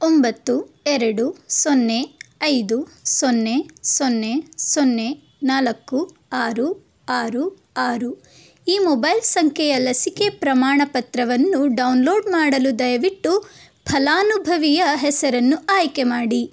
ಒಂಬತ್ತು ಎರಡು ಸೊನ್ನೆ ಐದು ಸೊನ್ನೆ ಸೊನ್ನೆ ಸೊನ್ನೆ ನಾಲ್ಕು ಆರು ಆರು ಆರು ಈ ಮೊಬೈಲ್ ಸಂಖ್ಯೆಯ ಲಸಿಕೆ ಪ್ರಮಾಣಪತ್ರವನ್ನು ಡೌನ್ಲೋಡ್ ಮಾಡಲು ದಯವಿಟ್ಟು ಫಲಾನುಭವಿಯ ಹೆಸರನ್ನು ಆಯ್ಕೆ ಮಾಡಿ